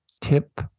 Tip